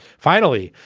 finally,